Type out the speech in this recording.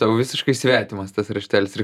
tau visiškai svetimas tas raštelis ir